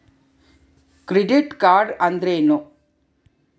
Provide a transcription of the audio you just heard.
Credit card ಅಂದ್ರೇನು?